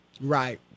Right